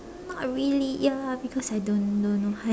not really ya because I don't don't have